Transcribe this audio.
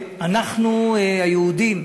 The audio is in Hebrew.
שאנחנו היהודים,